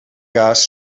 cas